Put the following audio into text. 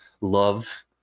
love